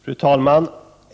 Fru talman!